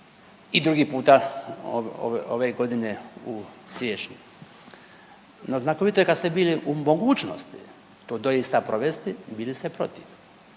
i drugi puta ove godine u siječnju. No znakovito je kad ste bili u mogućnosti to doista provesti, bili ste protiv